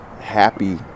happy